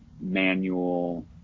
manual